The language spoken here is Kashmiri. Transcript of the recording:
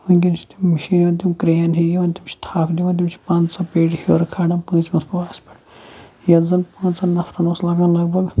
وٕنکٮ۪ن چھِ تِم مِشیٖن تِم کرین ہی یِوان تِم چھِ تھَپھ دِوان تِم چھِ پانہٕ سۄ پیٖٹہِ ہیٚور کھالان پوٗنٛژمِس پوہرَس پیٚٹھ یَتھ زَن پانٛژَن نَفرَن اوس لَگان لَگ بَگ